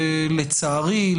שלצערי,